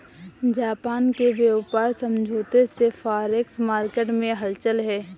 Japan के व्यापार समझौते से फॉरेक्स मार्केट में हलचल है